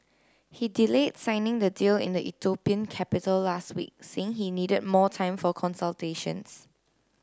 he delay signing the deal in the Ethiopian capital last week saying he needed more time for consultations